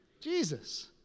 Jesus